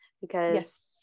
because-